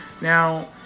Now